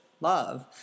love